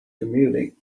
commuting